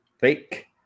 fake